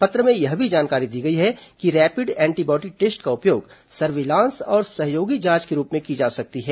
पत्र में यह भी जानकारी दी गई है कि रैपिड एंटीबॉडी टेस्ट का उपयोग सर्विलांस और सहयोगी जांच के रूप में की जा सकती है